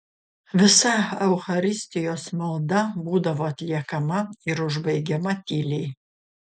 visa eucharistijos malda būdavo atliekama ir užbaigiama tyliai